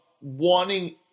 wanting